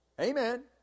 Amen